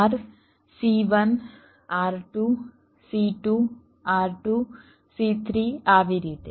R C1 R2 C2 R2 C3 આવી રીતે